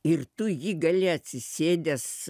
ir tu jį gali atsisėdęs